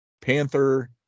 panther